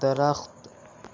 درخت